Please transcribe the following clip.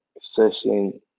session